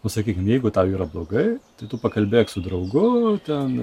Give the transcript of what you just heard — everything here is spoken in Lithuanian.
nu sakykim jeigu tai yra blogai tai tu pakalbėk su draugu ten